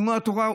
לימוד התורה,